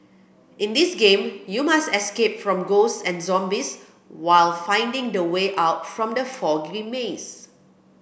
in this game you must escape from ghosts and zombies while finding the way out from the foggy maze